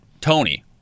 Tony